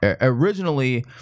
Originally